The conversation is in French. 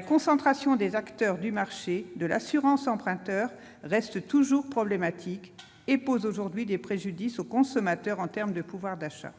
concentration des acteurs du marché de l'assurance emprunteur reste toujours problématique et porte aujourd'hui préjudice aux consommateurs en termes de pouvoir d'achat.